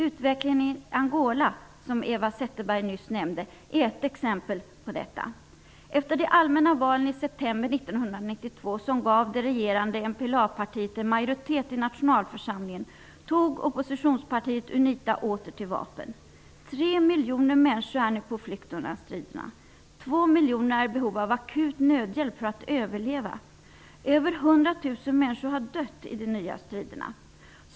Utvecklingen i Angola, som Eva Zetterberg nyss nämnde, är ett exempel på detta. Efter de allmänna valen i september 1992, som gav det regerande MPLA-partiet en majoritet i nationalförsamlingen, tog oppositionspartiet Unita åter till vapen. 3 miljoner människor är nu på flykt undan striderna. 2 miljoner är i behov av akut nödhjälp för att överleva. Över 100 000 människor har dött i de nya striderna.